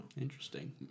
Interesting